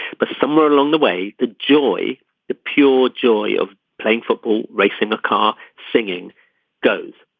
but somewhere along the way the joy the pure joy of playing football racing the car singing goes.